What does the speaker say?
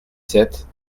sept